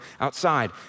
outside